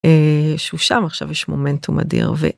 שהוא שם עכשיו יש מומנטום אדיר ו.